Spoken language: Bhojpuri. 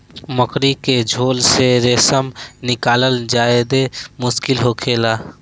मकड़ी के झोल से रेशम निकालल ज्यादे मुश्किल होखेला